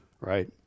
right